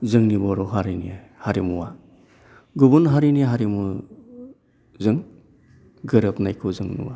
जोंनि बर' हारिनि हारिमुआ गुबुन हारिनि हारिमुजों गोरोबनायखौ जों नुआ